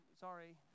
sorry